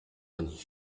and